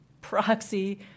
proxy